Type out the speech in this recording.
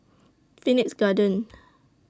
Phoenix Garden